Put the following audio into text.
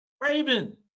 Raven